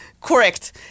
correct